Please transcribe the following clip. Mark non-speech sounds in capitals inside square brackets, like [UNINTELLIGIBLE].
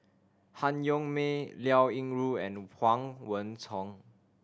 Han Yong May Liao Yingru and Huang [UNINTELLIGIBLE]